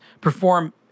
perform